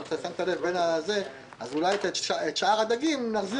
אם שמת לב: אז אולי לגבי שאר הדגים נחזיר